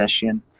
session